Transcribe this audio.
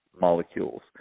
molecules